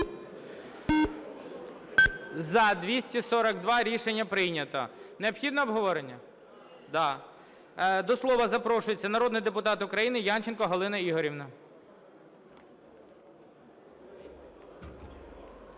За-242 Рішення прийнято. Необхідно обговорення? Да. До слова запрошується народний депутат України Янченко Галина Ігорівна.